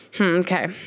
Okay